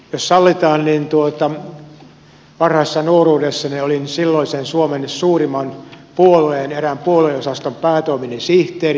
jos sallitaan niin varhaisessa nuoruudessani olin silloisen suomen suurimman puolueen erään puolueosaston päätoiminen sihteeri